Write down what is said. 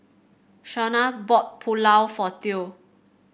Shauna bought Pulao for Theo